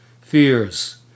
fears